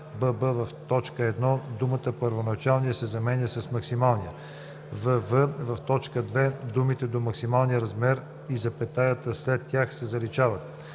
бб) в т. 1 думата „първоначалния“ се заменя с „максималния“; вв) в т. 2 думите „до максималния размер“ и запетаята след тях се заличават;